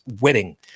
wedding